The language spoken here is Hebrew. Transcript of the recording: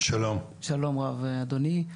שלום רב, אדוני.